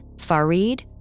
Farid